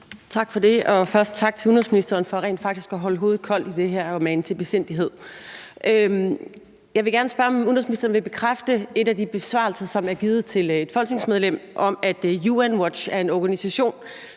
Tak for det, og tak til udenrigsministeren for rent faktisk at holde hovedet koldt i det her og mane til besindighed. Jeg vil gerne spørge, om udenrigsministeren vil bekræfte en af de besvarelser, som er givet til et folketingsmedlem, om, at UN Watch er en organisation,